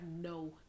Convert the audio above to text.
no